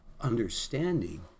understanding